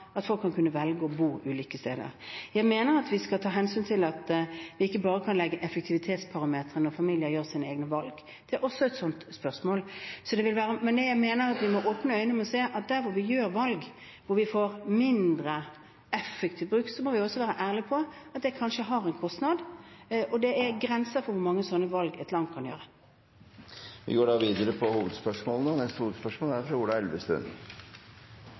kunne velge å bo ulike steder. Jeg mener at vi skal ta hensyn til at vi ikke bare kan se på effektivitetsparametre når familier gjør sine egne valg. Det er også et slikt spørsmål. Men jeg mener at vi med åpne øyne må se at der hvor vi gjør valg, hvor vi får mindre effektiv bruk, må vi også være ærlige på at det kanskje har en kostnad, og det er grenser for hvor mange slike valg et land kan gjøre. Vi går videre til neste hovedspørsmål. Vi er